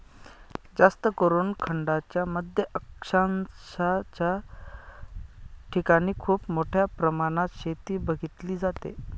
जास्तकरून खंडांच्या मध्य अक्षांशाच्या ठिकाणी खूप मोठ्या प्रमाणात शेती बघितली जाते